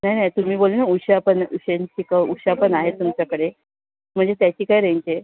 नाही नाही तुम्ही बोलले ना उशा पण सेम स्पिकं उशा पण आहेत तुमच्याकडे म्हणजे त्याची काय रेंज आहे